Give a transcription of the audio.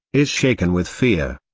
is shaken with fear,